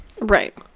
Right